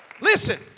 Listen